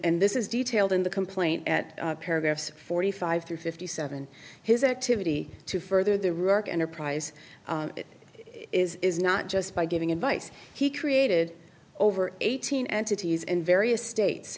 and this is detailed in the complaint at paragraphs forty five through fifty seven his activity to further the remark enterprise is is not just by giving advice he created over eighteen entities in various states